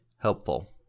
helpful